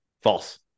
False